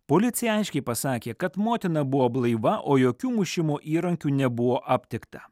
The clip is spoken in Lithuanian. policija aiškiai pasakė kad motina buvo blaiva o jokių mušimo įrankių nebuvo aptikta